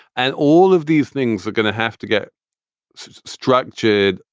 and all of these things are going to have to get structured.